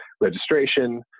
registration